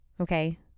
Okay